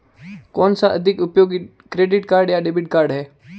कौनसा अधिक उपयोगी क्रेडिट कार्ड या डेबिट कार्ड है?